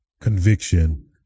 Conviction